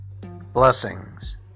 blessings